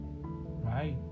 right